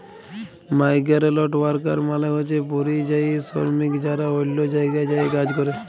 migrant worker মালে হছে পরিযায়ী শরমিক যারা অল্য জায়গায় যাঁয়ে কাজ ক্যরে